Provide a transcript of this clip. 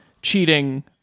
cheating